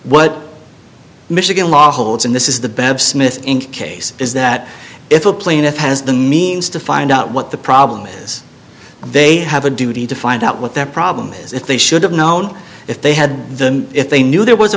what michigan law holds and this is the bev smith case is that if a plaintiff has the means to find out what the problem is they have a duty to find out what their problem is if they should have known if they had the if they knew there was a